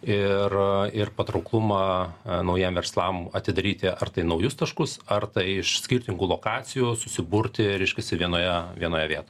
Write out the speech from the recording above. ir ir patrauklumą naujiem verslam atidaryti ar tai naujus taškus ar tai iš skirtingų lokacijų susiburti reiškiasi vienoje vienoje viet